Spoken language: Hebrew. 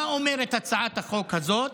מה אומרת הצעת החוק הזאת?